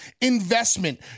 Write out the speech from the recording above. investment